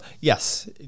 yes